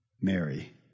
Mary